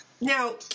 Now